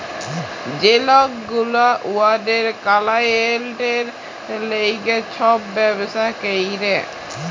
যে লক গুলা উয়াদের কালাইয়েল্টের ল্যাইগে ছব ব্যবসা ক্যরে